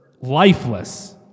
lifeless